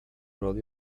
roli